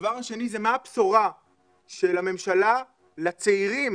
הדבר השני זה מה הבשורה של הממשלה לצעירים